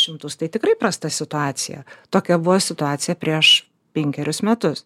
šimtus tai tikrai prasta situacija tokia buvo situacija prieš penkerius metus